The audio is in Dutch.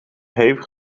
hevig